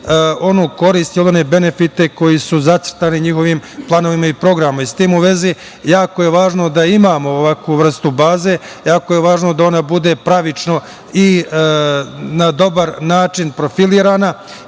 onu korist, one benefite koji su zacrtani njihovim planovima i programima.S tim u vezi, jako je važno da imamo ovakvu vrstu baze, jako je važno da ona bude pravično i na dobar način profilirana